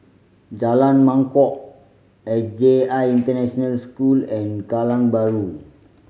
Jalan Mangkok S J I International School and Kallang Bahru